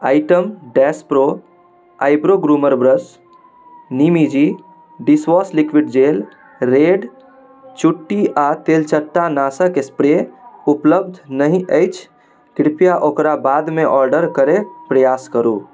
item dash pro eyebrow groomer brush निमइजी dishwash liquid gel red चुट्टी आओर तेलचट्टा नाशक स्प्रे उपलब्ध नहि अछि कृपया ओकरा बादमे ऑडर करैके प्रयास करू